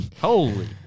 Holy